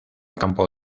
campo